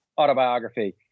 autobiography